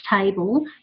table